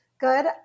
good